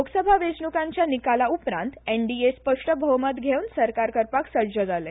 लोकसभा वेचणूकांच्या निकाला उपरांत एनडीए स्पष्ट भौमत घेवन सरकार करपाक सज्ज जाले